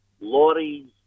lorries